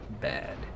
bad